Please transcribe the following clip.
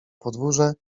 podwórze